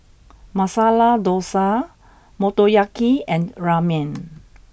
Masala Dosa Motoyaki and Ramen